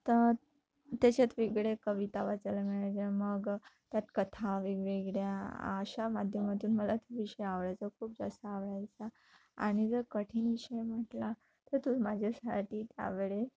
तर त्याच्यात वेगळ्या कविता वाचायला मिळायच्या मग त्यात कथा वेगवेगळ्या अशा माध्यमातून मला तो विषय आवडायचा खूप जास्त आवडायचा आणि जर कठीण विषय म्हटला तर तो माझ्यासाठी त्यावेळेस